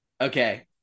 Okay